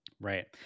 Right